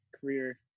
career